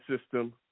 system